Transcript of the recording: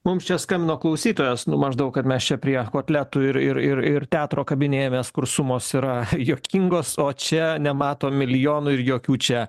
mums čia skambino klausytojas nu maždaug kad mes čia prie kotletų ir ir ir ir teatro kabinėjamės kur sumos yra juokingos o čia nematom milijonų ir jokių čia